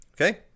Okay